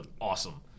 awesome